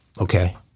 okay